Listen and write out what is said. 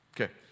Okay